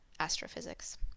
astrophysics